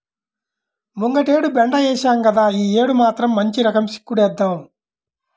ముంగటేడు బెండ ఏశాం గదా, యీ యేడు మాత్రం మంచి రకం చిక్కుడేద్దాం